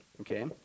Okay